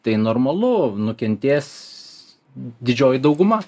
tai normalu nukentės didžioji dauguma